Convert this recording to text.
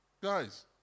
guys